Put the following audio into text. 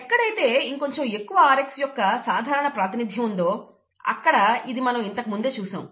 ఎక్కడైతే ఇంకొంచెం ఎక్కువ rx యొక్క సాధారణ ప్రాతినిధ్యం ఉందో అక్కడ ఇది మనం ఇంతకుముందేచూసాము